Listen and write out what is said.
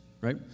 right